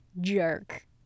Jerk